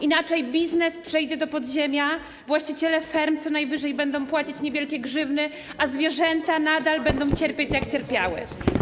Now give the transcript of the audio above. Inaczej biznes przejdzie do podziemia, właściciele ferm co najwyżej będą płacić niewielkie grzywny, a zwierzęta nadal będą cierpieć, jak cierpiały.